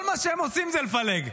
כל מה שהם עושים זה לפלג.